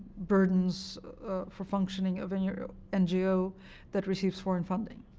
burdens for functioning of any ngo that receives foreign funding.